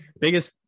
Biggest